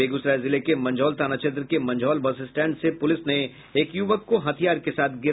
बेगूसराय जिले के मंझौल थाना क्षेत्र के मंझौल बस स्टैंड से पुलिस ने एक युवक को हथियार के साथ गिरफ्तार कर लिया